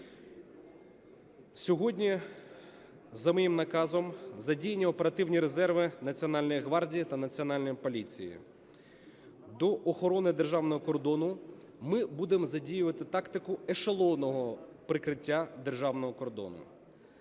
Сьогодні за моїм наказом задіяні оперативні резерви Національної гвардії та Національної поліції. До охорони державного кордону ми будемо задіювати тактику ешелонного прикриття державного кордону.